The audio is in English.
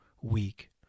weak